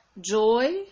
Joy